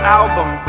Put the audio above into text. album